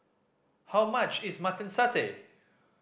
how much is Mutton Satay